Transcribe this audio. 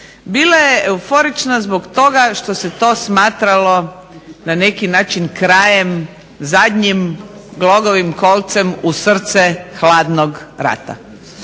Bila je euforična zbog toga što se to smatralo na neki način krajem zadnjim glogovim kolcem u srce Hladnog rata.